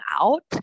out